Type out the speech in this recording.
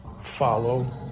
follow